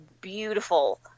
beautiful